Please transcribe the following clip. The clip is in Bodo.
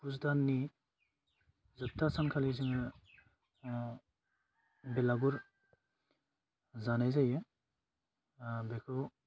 फुस दाननि जोबथा सानखालि जोङो बेलागुर जानाय जायो बेखौ